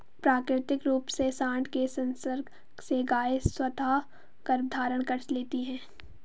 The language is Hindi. प्राकृतिक रूप से साँड के संसर्ग से गायें स्वतः गर्भधारण कर लेती हैं